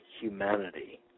humanity